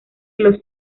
los